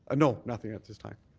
ah no, nothing at this time.